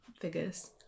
figures